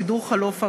סידור חלוף ארעי),